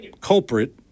culprit